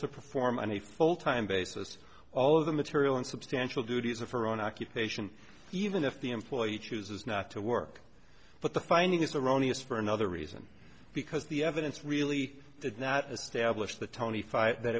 to perform on a full time basis all of the material and substantial duties of her own occupation even if the employee chooses not to work but the finding is erroneous for another reason because the evidence really did not establish the tony fight that